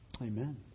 Amen